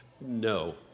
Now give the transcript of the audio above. No